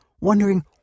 wondering